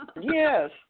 Yes